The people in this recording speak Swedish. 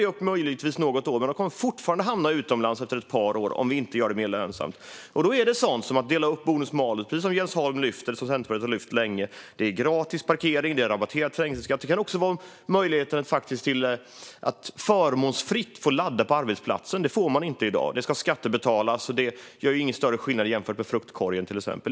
Vi kan möjligtvis skjuta på det något, men de kommer fortfarande att hamna utomlands efter ett par år om vi inte gör ägandet mer lönsamt. Ett förslag är att dela upp bonus-malus, som Jens Holm lyfter fram och som Centerpartiet länge har lyft fram. Andra förslag är gratis parkering och rabatterad trängselskatt. Ytterligare ett gäller möjligheten att ladda på arbetsplatsen förmånsfritt. Det får man inte i dag, utan det ska skattebetalas, men det är egentligen ingen större skillnad jämfört med till exempel fruktkorgen.